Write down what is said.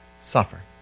suffer